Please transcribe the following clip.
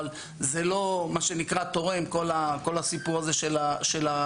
אבל זה לא תורם כל הסיפור הזה של הפשיעה,